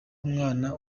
umwana